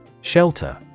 Shelter